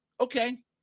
Okay